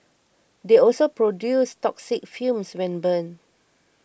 they also produce toxic fumes when burned